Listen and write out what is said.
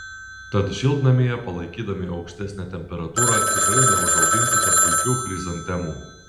tad šiltnamyje palaikydami aukštesnę temperatūrą tikrai neužauginsite puikių chrizantemų